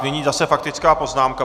Nyní zase faktická poznámka.